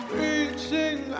reaching